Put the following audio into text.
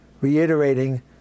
reiterating